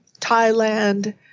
Thailand